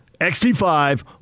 XT5